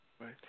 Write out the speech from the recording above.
Right